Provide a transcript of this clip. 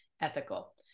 ethical